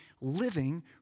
living